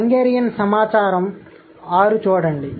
Hungarian సమాచారం 6 చూడండి